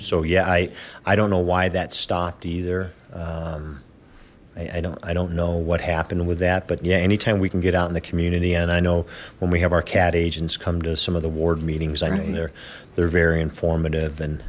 so yeah i don't know why that stopped either i don't i don't know what happened with that but yeah anytime we can get out in the community and i know when we have our cad agents come to some of the ward meetings i mean they're they're very informative and